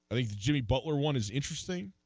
i mean jerry butler one is interesting